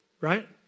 right